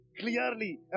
clearly